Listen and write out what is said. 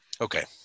Okay